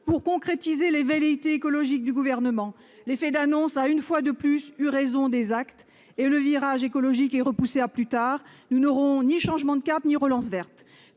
pour concrétiser les velléités écologiques du Gouvernement. L'effet d'annonce a une fois de plus eu raison des actes, et le virage écologique est repoussé à plus tard. Nous n'aurons donc ni changement de cap ni relance verte.